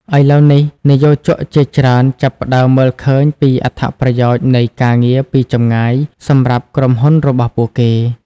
ឥឡូវនេះ និយោជកជាច្រើនចាប់ផ្ដើមមើលឃើញពីអត្ថប្រយោជន៍នៃការងារពីចម្ងាយសម្រាប់ក្រុមហ៊ុនរបស់ពួកគេ។